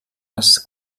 les